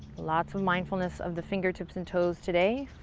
lots of mindfulness of the fingertips and toes today.